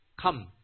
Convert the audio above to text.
Come